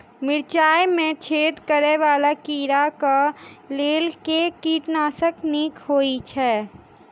मिर्चाय मे छेद करै वला कीड़ा कऽ लेल केँ कीटनाशक नीक होइ छै?